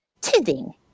tithing